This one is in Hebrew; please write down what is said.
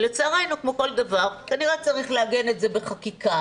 ולצערנו, כמו כל דבר כנראה שצריך לעגן בחקיקה,